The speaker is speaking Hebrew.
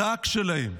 רק שלהם.